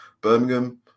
Birmingham